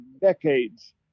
decades—